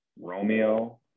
Romeo